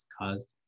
caused